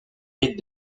rites